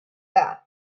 that